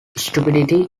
stupidity